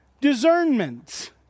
discernment